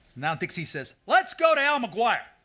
now dicksie says, let's go to al mcguire,